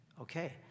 okay